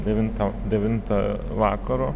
devintą devintą vakaro